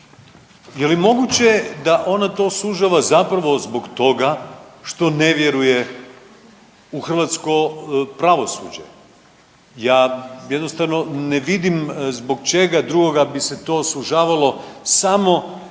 je li moguće da ona to sužava zapravo zbog toga što ne vjeruje u hrvatsko pravosuđe? Ja jednostavno ne vidim zbog čega drugoga bi se to sužavalo samo na